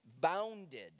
bounded